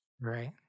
Right